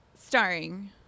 Starring